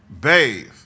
Bathe